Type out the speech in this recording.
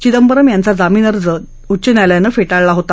चिदंबरम यांचा जामीन अर्ज दिल्ली उच्च न्यायालयानं फटीळला होता